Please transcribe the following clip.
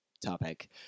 topic